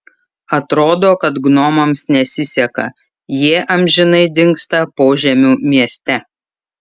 atrodo kad gnomams nesiseka jie amžinai dingsta požemių mieste